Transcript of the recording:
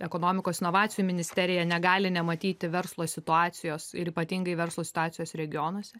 ekonomikos inovacijų ministerija negali nematyti verslo situacijos ir ypatingai verslo situacijos regionuose